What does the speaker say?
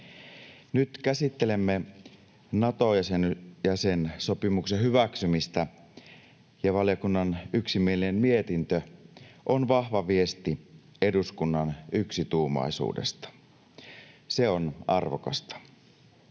Nyt käsittelemme Nato-jäsensopimuksen hyväksymistä, ja valiokunnan yksimielinen mietintö on vahva viesti eduskunnan yksituumaisuudesta. Se on arvokasta.